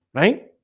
right?